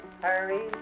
hurry